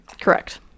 Correct